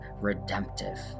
redemptive